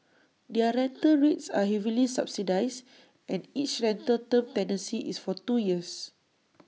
their rental rates are heavily subsidised and each rental term tenancy is for two years